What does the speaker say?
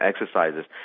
exercises